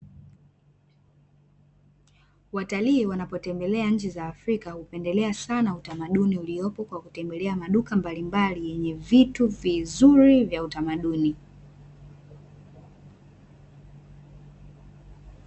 Watalii wanapotembelea nchi za Afrika hupendelea sana utamamaduni uliopo kwa kutembelea maduka mbalimbali yenye vitu vizuri vya utamaduni.